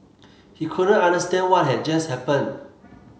he couldn't understand what had just happened